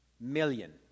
million